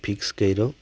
fix કર્યો